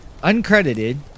Uncredited